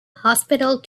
hospital